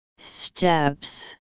steps